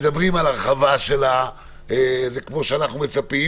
תדברו על הרחבה כמו שאנחנו מצפים?